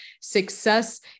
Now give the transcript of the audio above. success